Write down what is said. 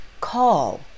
Call